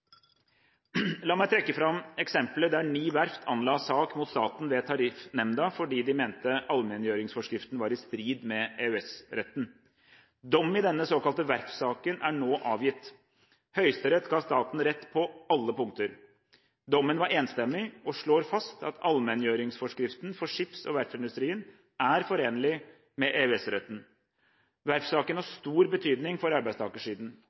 La meg trekke fram eksempelet der ni verft anla sak mot staten ved Tariffnemnda fordi de mente allmenngjøringsforskriften var i strid med EØS-retten. Dom i denne såkalte verftsaken er nå avgitt. Høyesterett ga staten rett på alle punkter. Dommen var enstemmig og slår fast at allmenngjøringsforskriften for skips- og verftsindustrien er forenlig med EØS-retten. Verftsaken har stor betydning for arbeidstakersiden.